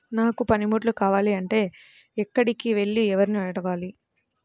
నాకు పనిముట్లు కావాలి అంటే ఎక్కడికి వెళ్లి ఎవరిని ఏమి అడగాలి?